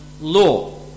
law